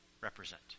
represent